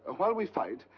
while we fight,